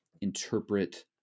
interpret